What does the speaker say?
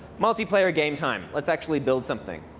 multiplayer game time. let's actually build something.